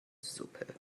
suppe